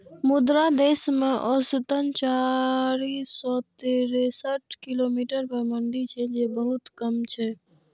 मुदा देश मे औसतन चारि सय तिरेसठ किलोमीटर पर मंडी छै, जे बहुत कम छै